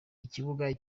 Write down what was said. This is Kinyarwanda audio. ikibuga